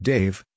Dave